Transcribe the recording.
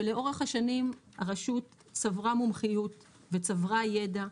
ולאורך השנים הרשות צברה מומחיות וצברה ידע.